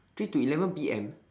three to eleven P_M